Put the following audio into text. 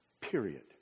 Period